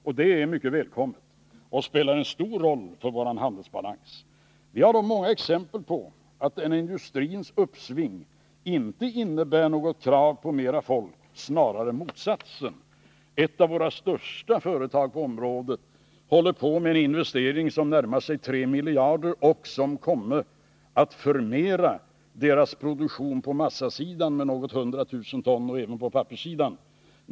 Och det är mycket välkommet och spelar en stor roll för vår handelsbalans. Vi har många exempel på att ett uppsving inom industrin inte innebär något krav på fler anställda, snarare tvärtom. Ett av våra största företag på området håller på med en investering som närmar sig 3 miljarder och som kommer att förmera företagets produktion på massasidan med cirka hundra tusen ton samt även på papperssidan.